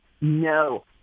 no